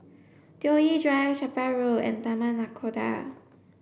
Toh Yi Drive Chapel Road and Taman Nakhoda